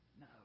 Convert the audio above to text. No